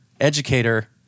educator